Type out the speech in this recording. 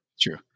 True